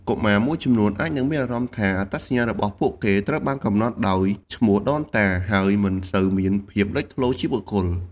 កុមារមួយចំនួនអាចនឹងមានអារម្មណ៍ថា អត្តសញ្ញាណរបស់ពួកគេត្រូវបានកំណត់ដោយឈ្មោះដូនតា ហើយមិនសូវមានភាពលេចធ្លោជាបុគ្គល។